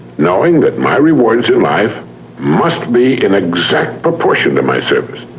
knowing that my rewards in life must be in exact proportion to my service?